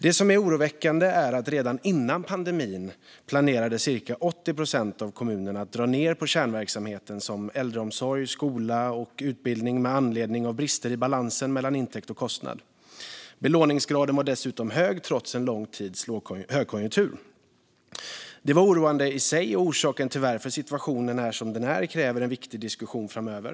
Det som är oroväckande är att cirka 80 procent av kommunerna redan innan pandemin planerade att dra ned på kärnverksamhet som äldreomsorg, skola och utbildning, med anledning av brister i balansen mellan intäkt och kostnad. Belåningsgraden var dessutom hög trots en lång tids högkonjunktur. Det var oroande i sig, och orsaken till att situationen är som den är kräver en viktig diskussion framöver.